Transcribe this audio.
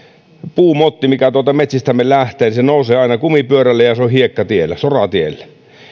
puumotti mikä metsistämme lähtee nousee aina kumipyörille ja se on hiekkatiellä soratiellä